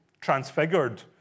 transfigured